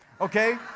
Okay